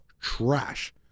trash